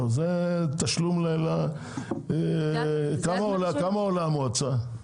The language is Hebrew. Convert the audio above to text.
לא, זה תשלום ל - כמה עולה המועצה?